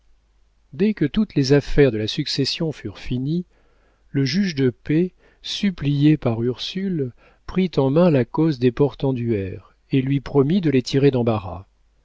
dès que toutes les affaires de la succession furent finies le juge de paix supplié par ursule prit en main la cause des portenduère et lui promit de les tirer d'embarras